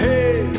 Hey